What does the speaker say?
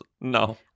No